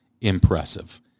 impressive